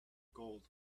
gold